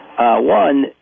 One